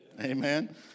Amen